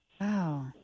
Wow